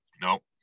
no